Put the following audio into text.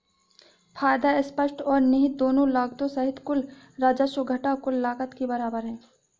फायदा स्पष्ट और निहित दोनों लागतों सहित कुल राजस्व घटा कुल लागत के बराबर है